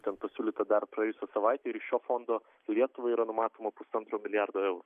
ten pasiūlyta dar praėjusią savaitę ir šio fondo lietuvai yra numatoma pusantro milijardo eurų